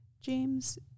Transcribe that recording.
James